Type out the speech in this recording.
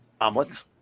Omelets